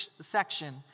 section